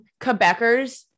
Quebecers